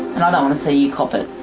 and i don't want to see you cop it.